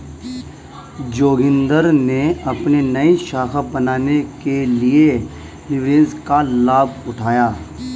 जोगिंदर ने अपनी नई शाखा बनाने के लिए लिवरेज का लाभ उठाया